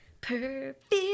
Perfect